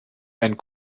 and